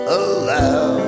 allow